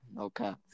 Okay